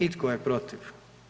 I tko je protiv?